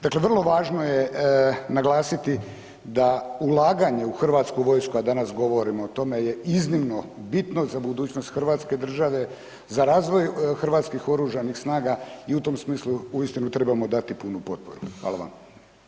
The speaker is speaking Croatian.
Dakle, vrlo važno je naglasiti da ulaganje u hrvatsku vojsku a danas govorimo o tome je iznimno bitno za budućnost hrvatske države, za razvoj Hrvatskih oružanih snaga i u tom smislu uistinu trebamo dati punu potporu.